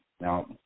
Now